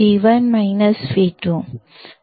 ಆದ್ದರಿಂದ ಮೊದಲನೆಯದರಲ್ಲಿ CMRR 100 ಗೆ ಸಮನಾಗಿರುತ್ತದೆVd ಏನು